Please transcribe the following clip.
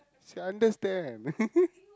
she understand